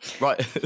right